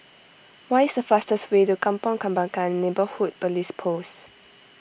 what is the fastest way to Kampong Kembangan Neighbourhood Police Post